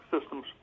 systems